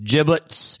Giblets